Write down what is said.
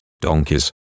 donkeys